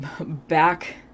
back